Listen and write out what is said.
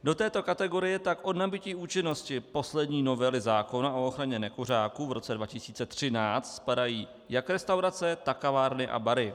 Do této kategorie tak od nabytí účinnosti poslední novely zákona o ochraně nekuřáků v roce 2013 spadají jak restaurace, tak kavárny a bary.